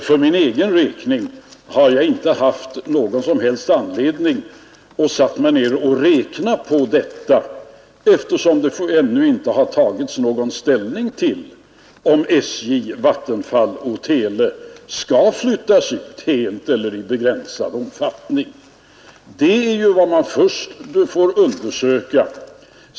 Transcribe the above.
För min egen del har jag inte haft någon som helst anledning att sätta mig ned och räkna på detta, eftersom det ännu inte har tagits någon ställning till om SJ, Vattenfall och televerket skall flyttas ut, helt eller i begränsad omfattning. Det är ju vad man först får undersöka.